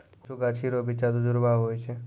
कुछु गाछी रो बिच्चा दुजुड़वा हुवै छै